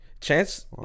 Chance